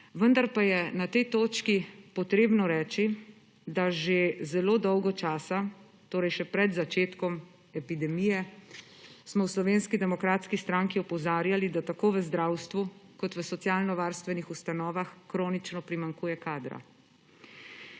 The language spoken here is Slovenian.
Vendar pa je na tej točki potrebno reči, da že zelo dolgo časa, torej še pred začetkom epidemije, smo v Slovenski demokratski stranki opozarjali, da tako v zdravstvu kot v socialnovarstvenih ustanovah kronično primanjkuje kadra.